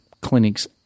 clinics